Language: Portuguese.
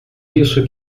isso